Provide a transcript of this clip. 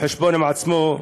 חשבון עם עצמו,